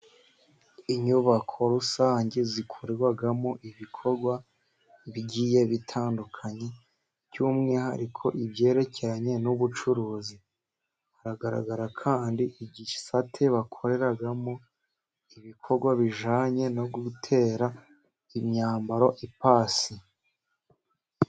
Inyubako rusange zikorerwamo ibikorwa bigiye bitandukanye, by'umwihariko ibyerekeranye n' ubucuruzi. Hagaragara kandi igisate bakoreramo ibikorwa bijyanye no gutera imyambaro ipasi.